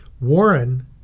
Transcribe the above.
Warren